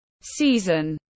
season